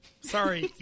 sorry